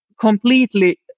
completely